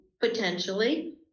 potentially